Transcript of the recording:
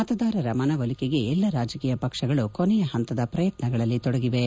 ಮತದಾರರ ಮನವೊಲಿಕೆಗೆ ಎಲ್ಲಾ ರಾಜಕೀಯ ಪಕ್ಷಗಳು ಕೊನೆಯ ಹಂತದ ಪ್ರಯತ್ನಗಳಲ್ಲಿ ತೊಡಗಿವೆ